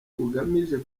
bugamije